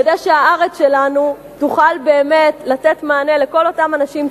כדי שהארץ שלנו תוכל באמת לתת מענה לכל אותם אנשים צעירים.